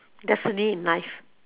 destiny in life